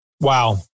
Wow